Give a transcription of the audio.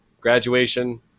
graduation